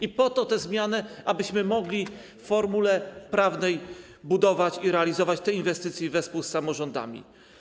I po to są te zmiany, abyśmy mogli w formule prawnej budować i realizować te inwestycje wespół z samorządami.